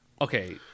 Okay